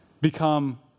become